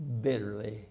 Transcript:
bitterly